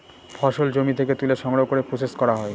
ফসল জমি থেকে তুলে সংগ্রহ করে প্রসেস করা হয়